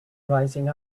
rising